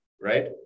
right